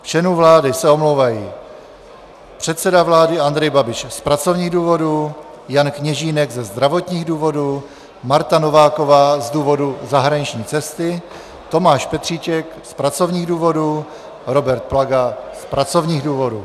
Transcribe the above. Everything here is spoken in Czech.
Z členů vlády se omlouvají: předseda vlády Andrej Babiš z pracovních důvodů, Jan Kněžínek ze zdravotních důvodů, Marta Nováková z důvodu zahraniční cesty, Tomáš Petříček z pracovních důvodů, Robert Plaga z pracovních důvodů.